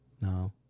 No